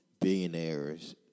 billionaires